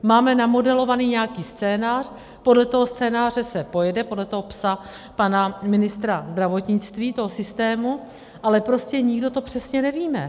Máme namodelovaný nějaký scénář, podle toho scénáře se pojede, podle toho PES pana ministra zdravotnictví, toho systému, ale prostě to nikdo přesně nevíme.